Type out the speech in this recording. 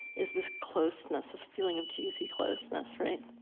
is this closeness, this feeling of juicy closeness, right?